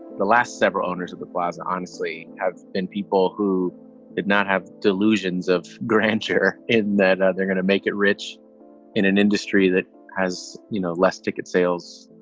the last several owners of the plaza, honestly, have been people who did not have delusions of grandeur in that they're going to make it rich in an industry that has you know less ticket sales.